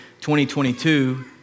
2022